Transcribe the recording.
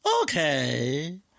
Okay